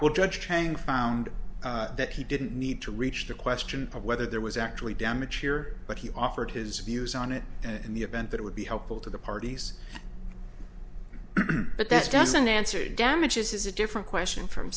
what judge trying found that he didn't need to reach the question of whether there was actually damage here but he offered his views on it and the event that it would be helpful to the parties but that doesn't answer the damages is a different question from